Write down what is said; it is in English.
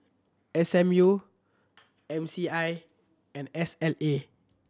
S M U M C I and S L A